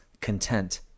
content